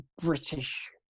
british